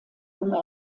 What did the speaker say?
junge